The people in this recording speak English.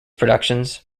productions